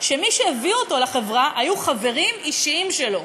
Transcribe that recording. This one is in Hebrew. שמי שהביאו אותו לחברה היו חברים אישיים שלו,